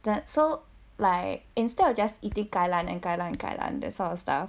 that's so like instead of just eating kai lan and kai lan kai lan that sort of stuff